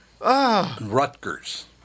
Rutgers